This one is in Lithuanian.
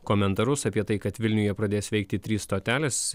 komentarus apie tai kad vilniuje pradės veikti trys stotelės